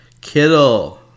Kittle